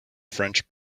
french